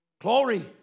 Glory